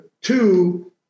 two